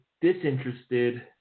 disinterested –